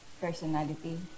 personality